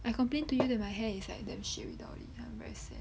I complain to you that my hair is like damn shit without it then I'm very sad